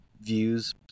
views